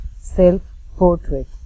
self-portrait